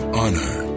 honor